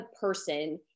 person